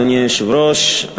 אדוני היושב-ראש,